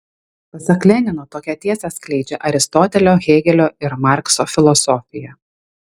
pasak lenino tokią tiesą skleidžia aristotelio hėgelio ir markso filosofija